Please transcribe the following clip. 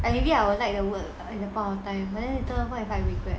and maybe I would like the world in the palm of diameter one if I regret